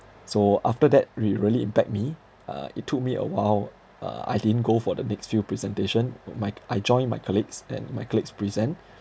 so after that rea~ really impact me uh it took me a while uh I didn't go for the next few presentation my I joined my colleagues and my colleagues present